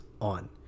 on